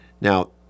Now